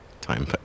time